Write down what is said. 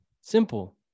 Simple